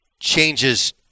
changes